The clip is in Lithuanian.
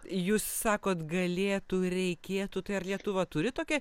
jūs sakote galėtų reikėtų tai ar lietuva turi tokią